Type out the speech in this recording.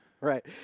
Right